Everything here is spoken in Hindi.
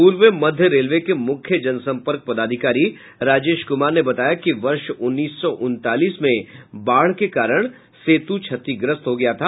पूर्व मध्य रेलवे के मुख्य जनसंपर्क पदाधिकारी राजेश कुमार ने बताया कि वर्ष उन्नीस सौ उनतालीस में बाढ़ के कारण सेतु क्षतिग्रस्त हो गया था